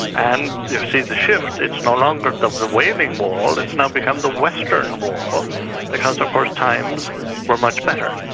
and you'll see the shift, it's no longer the wailing wall, it's now become the western wall because of course times were much better.